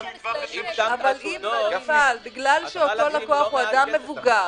אבל אם אותו לקוח הוא אדם מבוגר,